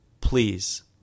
please